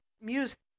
music